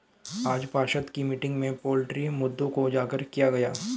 आज पार्षद की मीटिंग में पोल्ट्री मुद्दों को उजागर किया गया